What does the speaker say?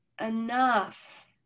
enough